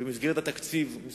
זה, בזמן אמת.